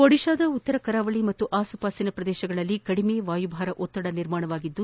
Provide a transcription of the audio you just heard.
ಒಡಿತಾದ ಉತ್ತರಕರಾವಳಿ ಹಾಗೂ ಅಸುಪಾಸಿನ ಪ್ರದೇಶಗಳಲ್ಲಿ ಕಡಿಮೆ ವಾಯುಭಾರ ಒತ್ತಡ ನಿರ್ಮಾಣವಾಗಿದ್ದು